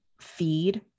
feed